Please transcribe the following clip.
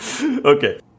Okay